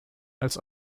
als